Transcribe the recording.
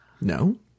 No